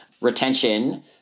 retention